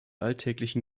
alltäglichen